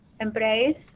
embrace